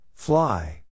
Fly